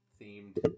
themed